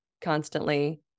constantly